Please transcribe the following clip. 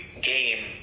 game